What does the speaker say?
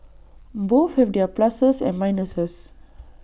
both have their pluses and minuses